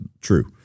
True